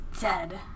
dead